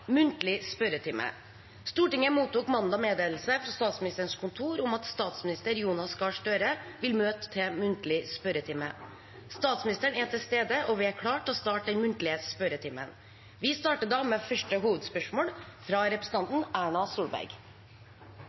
Stortinget mottok mandag meddelelse fra Statsministerens kontor om at statsminister Jonas Gahr Støre vil møte til muntlig spørretime. Statsministeren er til stede, og vi er klare til å starte den muntlige spørretimen. Vi starter med første hovedspørsmål, fra representanten Erna Solberg.